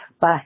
Bye